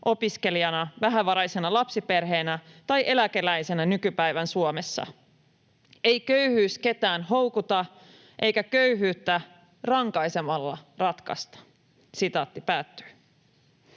opiskelijana, vähävaraisena lapsiperheenä tai eläkeläisenä nykypäivän Suomessa. Ei köyhyys ketään houkuta, eikä köyhyyttä rankaisemalla ratkaista.” ”Nykyisen